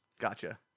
Gotcha